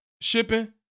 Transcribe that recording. shipping